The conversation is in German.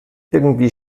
irgendwie